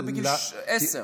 למה לא לעשות את זה בגיל 10?